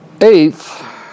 Eighth